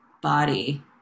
body